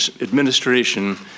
administration